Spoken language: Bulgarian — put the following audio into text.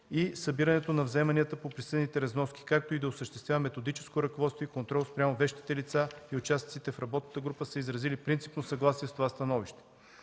и събирането на вземанията по присъдените разноски, както и да осъществява методическо ръководство и контрол спрямо вещите лица и участниците в работната група са изразили принципно съгласие с това становище.